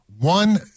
one